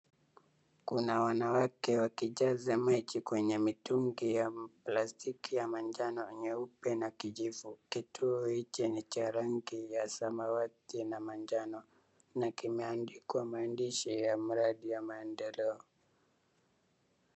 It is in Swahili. Kuna wanawake wakijaza maji kwenye mitungi ya plastiki manjano, nyeupe na kijivu. Kituo hiki ni cha rangi ya samawati na manjano na kimeandikwa maandishi ya mradi ya maendeleo.